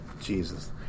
Jesus